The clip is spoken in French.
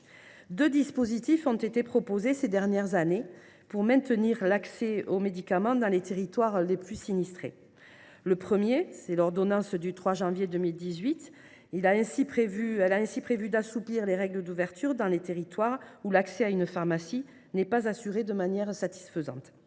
Deux dispositifs ont été proposés ces dernières années pour maintenir l’accès aux médicaments dans les territoires les plus sinistrés. Le premier, l’ordonnance du 3 janvier 2018, a ainsi prévu d’assouplir les règles d’ouverture dans les territoires où l’accès à une pharmacie n’est pas assuré de manière satisfaisante.